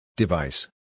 Device